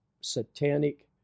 satanic